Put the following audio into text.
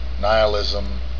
nihilism